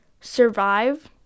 survive